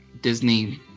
Disney